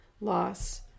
loss